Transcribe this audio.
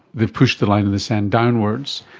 they've pushed the line in the sand downwards.